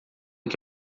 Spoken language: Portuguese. que